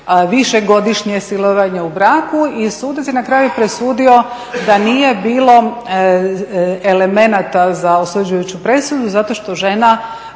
višegodišnje silovanje u braku i sudac je na kraju presudio da nije bilo elemenata za osuđujuću presudu zato što žena